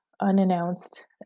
unannounced